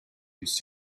used